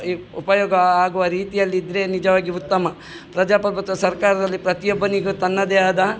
ಉಪಯೋಗ ಆಗುವ ರೀತಿಯಲ್ಲಿದ್ದರೆ ನಿಜವಾಗಿ ಉತ್ತಮ ಪ್ರಜಾಪ್ರಭುತ್ವ ಸರ್ಕಾರದಲ್ಲಿ ಪ್ರತಿಯೊಬ್ಬನಿಗೂ ತನ್ನದೇ ಆದ